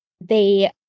They-